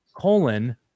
colon